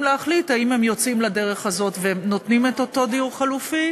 להחליט אם הם יוצאים לדרך הזאת ונותנים את אותו דיור חלופי